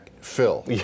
Phil